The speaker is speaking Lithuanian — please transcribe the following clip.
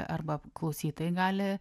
arba klausytojai gali